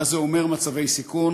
מה זה אומר, מצבי סיכון?